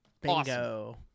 Bingo